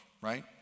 right